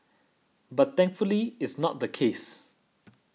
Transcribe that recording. but thankfully it's not the case